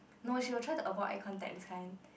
no she will try to avoid eye contact this kind